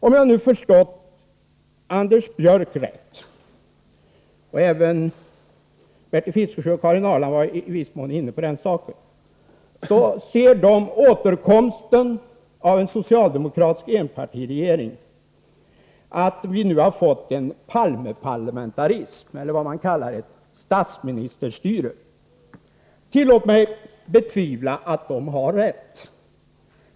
Om jag nu förstått Anders Björck, och i viss mån även Bertil Fiskesjö och Karin Ahrland, rätt ser de återkomsten av en socialdemokratisk enpartiregering som att vi har fått en Palmeparlamentarism eller vad man kallar ett statsministerstyre. Tillåt mig betvivla att de har rätt.